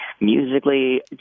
musically